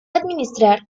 administrar